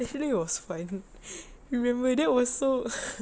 actually it was fun remember that was so